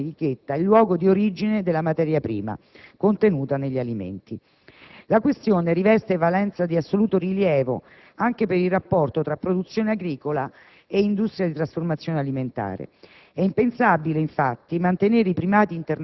considerano necessario che sia sempre indicato in etichetta il luogo di origine della materia prima contenuta negli alimenti. La questione riveste valenza di assoluto rilievo anche per il rapporto tra produzione agricola e industria di trasformazione alimentare.